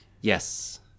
Yes